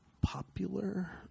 popular